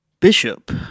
Bishop